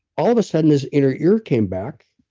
all of a sudden, his inner ear came back,